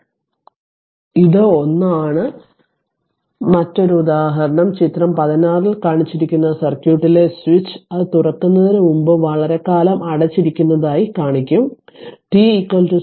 അതിനാൽ ഇത് 1 ആണ് മറ്റൊന്ന് മറ്റൊരു ഉദാഹരണം ചിത്രം 16 ൽ കാണിച്ചിരിക്കുന്ന സർക്യൂട്ടിലെ സ്വിച്ച് അത് തുറക്കുന്നതിന് മുമ്പ് വളരെക്കാലം അടച്ചിരിക്കുന്നതായി ഞാൻ കാണിക്കും t 0